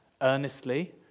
earnestly